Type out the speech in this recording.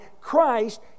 Christ